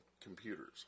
computers